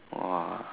!wah!